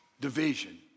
Division